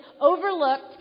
overlooked